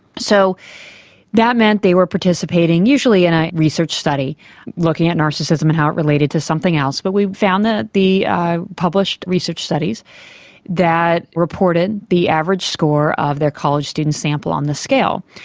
so that meant they were participating usually in a research study looking at narcissism and how it related to something else, but we found that the published research studies that reported the average score of their college students sample on this scale.